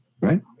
Right